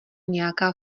nějaká